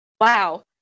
wow